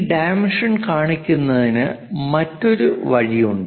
ഈ ഡൈമെൻഷൻ കാണിക്കുന്നതിന് മറ്റൊരു വഴിയുണ്ട്